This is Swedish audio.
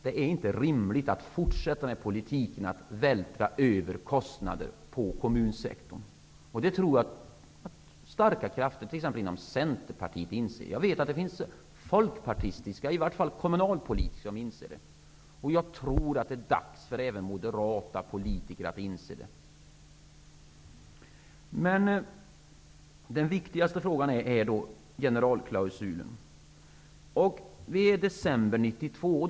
Det är inte rimligt att fortsätta politiken att vältra över kostnader på kommunsektorn. Jag tror att starka krafter t.ex. inom Centerpartiet inser det. Jag vet att det finns folkpartister, i vart fall folkpartistiska kommunalpolitiker, som inser det. Jag tror att det är dags även för moderata politiker att inse det. Den viktigaste frågan är ändå generalklausulen. Vi är nu i december 1992.